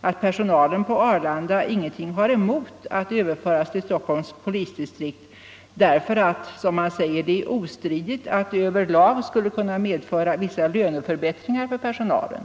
att personalen på Arlanda inte har något emot att överföras till Stockholms polisdistrikt därför att det, som man säger, är ostridigt att det över lag skulle kunna medföra vissa löneförbättringar för personalen.